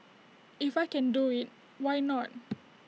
if I can do IT why not